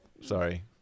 Sorry